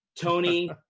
Tony